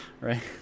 right